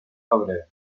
febrer